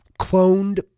cloned